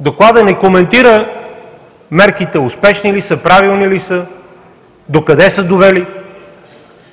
Докладът не коментира мерките успешни ли са, правилни ли са, докъде са довели?